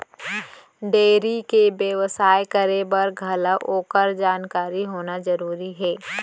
dairy के बेवसाय करे बर घलौ ओकर जानकारी होना जरूरी हे